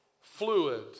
fluid